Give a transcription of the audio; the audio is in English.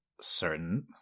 certain